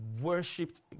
worshipped